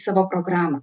savo programą